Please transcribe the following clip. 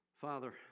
Father